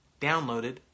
downloaded